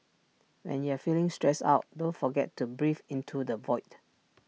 when you are feeling stressed out don't forget to breathe into the void